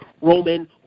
Roman